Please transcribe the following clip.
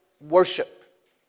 worship